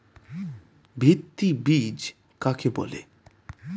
ভিত্তি বীজ কাকে বলে?